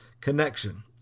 connection